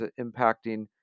impacting